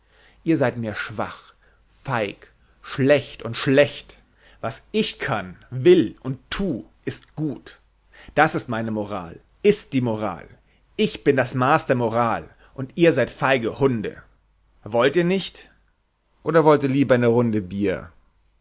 ihr seid mir schwach feig schlecht und schlecht was ich kann will und tu ist gut das ist meine moral ist die moral ich bin das maß der moral und ihr seid feige hunde wollt ihr nicht oder wollt ihr lieber eine runde bier